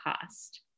cost